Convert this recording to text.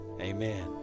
amen